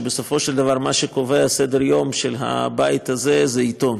שבסופו של דבר מה שקובע את סדר-היום של הבית הזה זה עיתון.